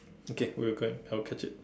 okay we are going I will catch it